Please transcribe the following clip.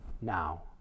now